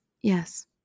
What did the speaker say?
yes